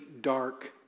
dark